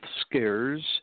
scares